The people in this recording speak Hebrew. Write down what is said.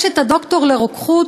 יש הדוקטור לרוקחות,